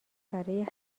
برای